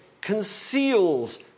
conceals